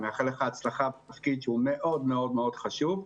אני מאחל לך הצלחה בתפקיד המאוד מאוד חשוב.